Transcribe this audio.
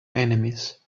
enemies